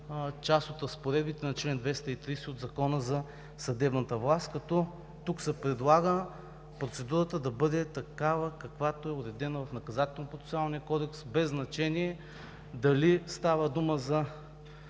част от разпоредбите на чл. 230 от Закона за съдебната власт, като тук се предлага процедурата да бъде такава, каквато е уредена в Наказателно-процесуалния кодекс, без значение дали става дума за